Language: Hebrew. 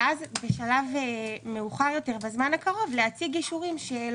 ואז בשלב מאוחר יותר בזמן הקרוב להציג אישורים.